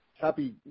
Happy